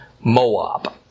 Moab